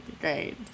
great